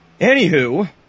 anywho